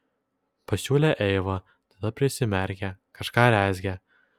pasiūlė eiva tada prisimerkė kažką rezgė